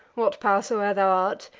what pow'r soe'er thou art,